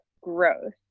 growth